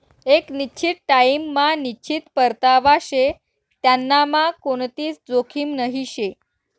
एक निश्चित टाइम मा निश्चित परतावा शे त्यांनामा कोणतीच जोखीम नही शे